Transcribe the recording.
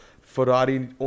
Ferrari